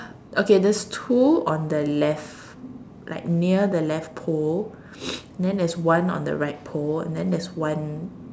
okay there's two on the left like near the left pole then there's one on the right pole and then there's one